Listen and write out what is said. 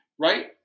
right